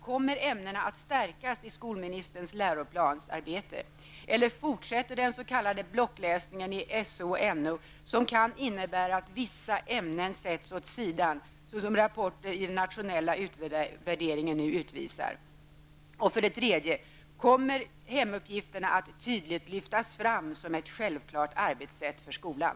Kommer ämnena att stärkas i skolministerns läroplansarbete eller fortsätter den s.k. blockläsningen i SO och NO, som kan innebära att vissa ämnen sätts åt sidan, såsom rapporter i den nationella utvärderingen nu utvisar? 3. Kommer hemuppgifterna att tydligt lyftas fram som ett självklart arbetssätt för skolan?